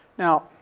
now,